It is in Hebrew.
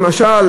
למשל,